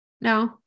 No